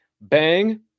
bang